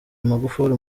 magufuli